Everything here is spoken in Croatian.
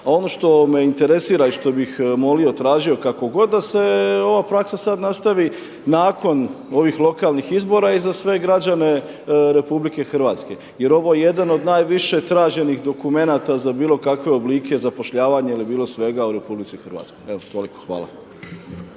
A ono što me interesira i što bih molio, tražio, kako god da se ova praksa sad nastavi nakon ovih lokalnih izbora i za sve građane RH jer ovo je jedan od najviše traženih dokumenta za bilo kakve oblike zapošljavanja ili bilo svega u RH. Evo toliko, hvala.